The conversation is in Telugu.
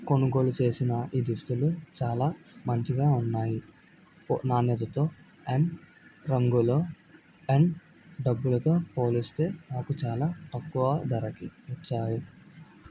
కొనుగోలు చేసిన ఈ దుస్తులు చాలా మంచిగా ఉన్నాయి నాణ్యతతో అండ్ రంగులో అండ్ డబ్బులతో పోలిస్తే నాకు చాలా తక్కువ ధరకి వచ్చాయి